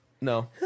no